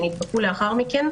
שנדבקו לאחר מכן,